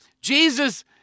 Jesus